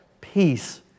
peace